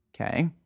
Okay